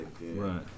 Right